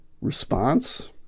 response